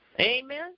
Amen